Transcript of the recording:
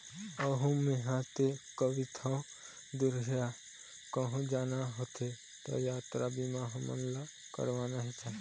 अऊ मेंहा तो कहिथँव दुरिहा कहूँ जाना होथे त यातरा बीमा हमन ला करवाना ही चाही